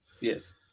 Yes